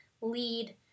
lead